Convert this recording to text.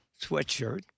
sweatshirt